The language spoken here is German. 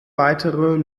weitere